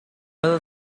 cada